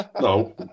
No